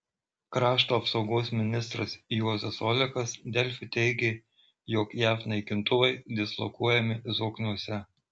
krašto apsaugos ministras juozas olekas delfi teigė jog jav naikintuvai dislokuojami zokniuose